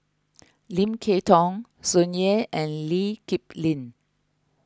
Lim Kay Tong Tsung Yeh and Lee Kip Lin